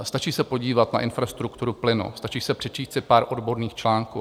Stačí se podívat na infrastrukturu plynu, stačí si přečíst pár odborných článků.